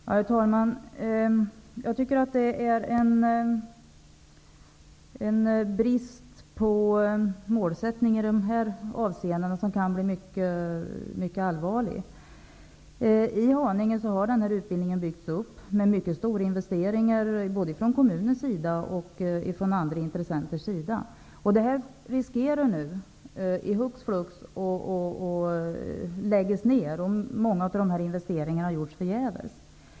Herr talman! Jag tycker att det är en brist på målsättning i dessa avseenden som kan bli mycket allvarlig. Den här utbildningen har byggts upp i Haninge med mycket stora investeringar, både från kommunen och från andra intressenter. Den riskerar nu hux flux att läggas ner. Då har många av dessa investeringar gjorts förgäves.